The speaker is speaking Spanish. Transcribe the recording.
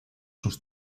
sus